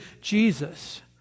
Jesus